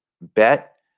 bet